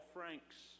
Franks